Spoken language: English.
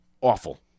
awful